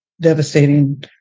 devastating